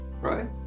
right